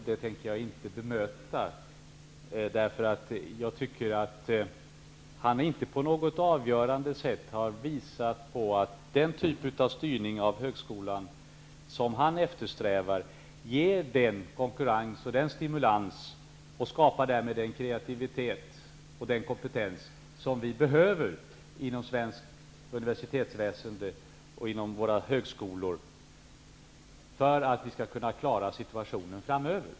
Den tänker jag inte bemöta, därför att jag tycker att han inte på något avgörande sätt har visat att den typ av styrning av högskolan som han eftersträvar ger den konkurrens och den stimulans och därmed skapar den kreativitet och den kompetens som vi behöver inom svenskt universitetsväsende och inom våra högskolor för att vi skall kunna klara situationen framöver.